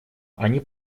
они